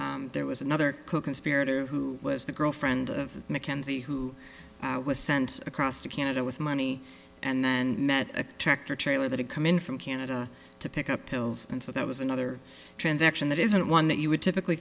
there was another coconspirator who was the girlfriend of mckenzie who was sent across to canada with money and then met a tractor trailer that had come in from canada to pick up pills and so that was another transaction that isn't one that you would typically